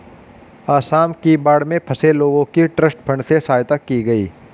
आसाम की बाढ़ में फंसे लोगों की ट्रस्ट फंड से सहायता की गई